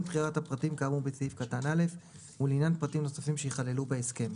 בחירת הפרטים כאמור בסעיף קטן (א) ולעניין פרטים נוספים שייכללו בהסכם.